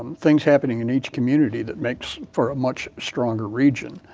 things happening in each community that makes for much stronger region.